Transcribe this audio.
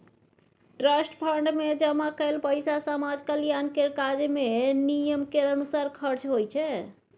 trust fund मे जमा कएल पैसा समाज कल्याण केर काज मे नियम केर अनुसार खर्च होइ छै